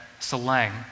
Selang